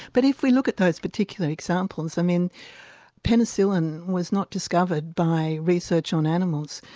but if we look at those particular examples, i mean penicillin was not discovered by research on animals,